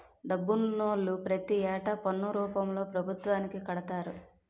డబ్బునోళ్లు ప్రతి ఏటా పన్ను రూపంలో పభుత్వానికి కడతారు